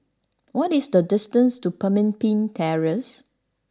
what is the distance to Pemimpin Terrace